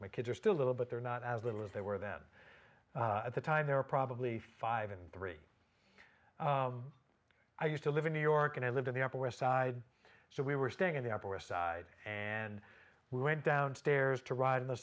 my kids are still little but they're not as little as they were then at the time they're probably five and three i used to live in new york and i lived in the upper west side so we were staying in the upper west side and we went downstairs to ride